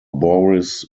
boris